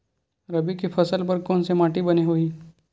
रबी के फसल बर कोन से माटी बने होही?